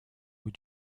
bout